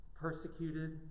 persecuted